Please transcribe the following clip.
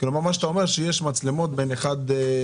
אתה אומר שיש מצלמות במקטעים.